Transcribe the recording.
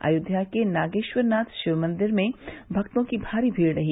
अयोध्या के नागेश्वरनाथ शिवमंदिर में भक्तों की भारी भीड़ रही